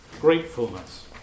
gratefulness